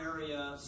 area